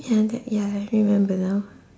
ya that ya I remember now